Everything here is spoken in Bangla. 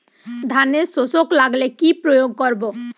ধানের শোষক লাগলে কি প্রয়োগ করব?